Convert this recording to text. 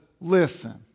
listen